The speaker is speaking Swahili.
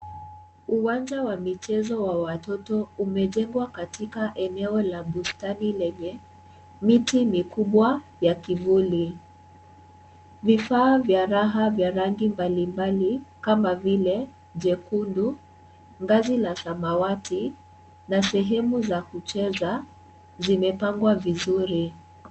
Uwanja wa michezo wa watoto umejengwa katika eneo la bustani lenye miti mikubwa ya kivuli. Vifaa vya raha vya rangi mbalimbali kama vile nyekundu, ngazi la samawati, na sehemu za kucheza zimepangwa vizuri.